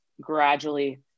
gradually